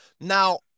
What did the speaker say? now